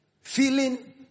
feeling